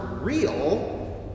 real